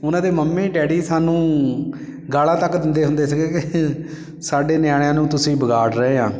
ਉਹਨਾਂ ਦੇ mummy daddy ਸਾਨੂੰ ਗਾਲਾਂ ਤੱਕ ਦਿੰਦੇ ਹੁੰਦੇ ਸੀਗੇ ਕਿ ਸਾਡੇ ਨਿਆਣਿਆਂ ਨੂੰ ਤੁਸੀਂ ਵਿਗਾੜ ਰਹੇ ਆ